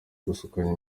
gukusanya